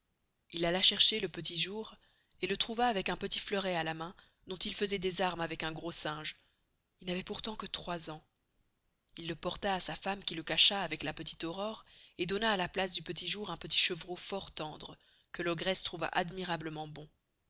il alla chercher le petit jour et le trouva avec un petit fleuret à la main dont il faisoit des armes avec un gros singe il n'avoit pourtant que trois ans il le porta à sa femme qui le cacha avec la petite aurore et donna à la place du petit jour un petit chevreau fort tendre que l'ogresse trouva admirablement bon